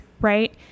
right